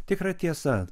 tikra tiesa